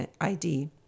ID